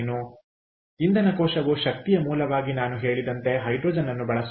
ಆದ್ದರಿಂದ ಇಂಧನ ಕೋಶವು ಶಕ್ತಿಯ ಮೂಲವಾಗಿ ನಾನು ಹೇಳಿದಂತೆ ಹೈಡ್ರೋಜನ್ ಅನ್ನು ಬಳಸುತ್ತದೆ